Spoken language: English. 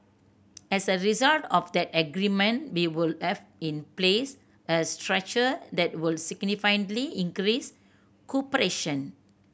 as a result of that agreement we would have in place a structure that would significantly increase cooperation